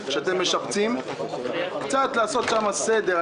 שכאשר אתם משפצים תעשו שם קצת סדר.